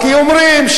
כי אומרים,